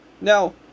Now